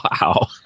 Wow